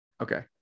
Okay